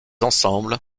ensembles